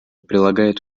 прилагает